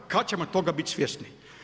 Kad ćemo toga biti svjesni?